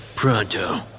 pronto.